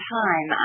time